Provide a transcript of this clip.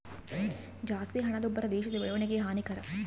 ಜಾಸ್ತಿ ಹಣದುಬ್ಬರ ದೇಶದ ಬೆಳವಣಿಗೆಗೆ ಹಾನಿಕರ